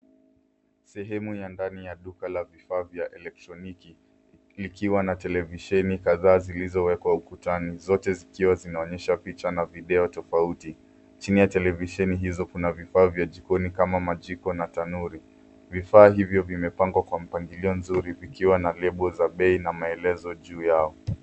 Sehemu ya ndani ya duka la vifaa vya elektroniki likiwa na televisheni kadhaa zilizowekwa ukutani, zote zikiwa zinaonyesha picha na video tofauti. Chini ya televisheni hizo kuna vifaa vya jikoni kama majiko na tanuri. Vifaa hivyo vimepangwa kwa mpangilio nzuri vikiwa na lebo za bei na maelezo juu yao.